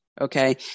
okay